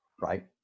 Right